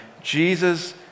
Jesus